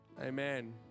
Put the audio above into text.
Amen